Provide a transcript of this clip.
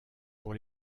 pour